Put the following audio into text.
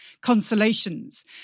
consolations